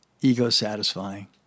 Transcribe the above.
ego-satisfying